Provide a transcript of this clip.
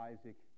Isaac